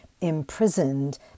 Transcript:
imprisoned